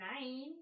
nine